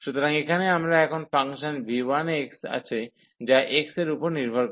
সুতরাং এখানে আমরা এখন ফাংশন v1x আছে যা x এর উপর নির্ভর করে